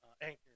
Anchor